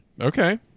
Okay